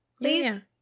please